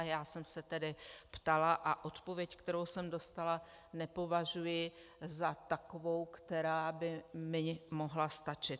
Já jsem se tedy ptala a odpověď, kterou jsem dostala, nepovažuji za takovou, která by mi mohla stačit.